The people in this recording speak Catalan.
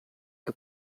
que